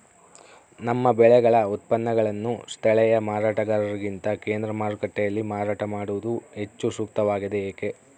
ನಮ್ಮ ಬೆಳೆಗಳ ಉತ್ಪನ್ನಗಳನ್ನು ಸ್ಥಳೇಯ ಮಾರಾಟಗಾರರಿಗಿಂತ ಕೇಂದ್ರ ಮಾರುಕಟ್ಟೆಯಲ್ಲಿ ಮಾರಾಟ ಮಾಡುವುದು ಹೆಚ್ಚು ಸೂಕ್ತವಾಗಿದೆ, ಏಕೆ?